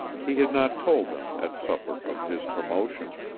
he had not told them, at supper, of his promotion.